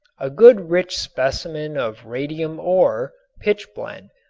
a good rich specimen of radium ore, pitchblende,